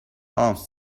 alms